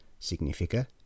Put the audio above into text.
Significa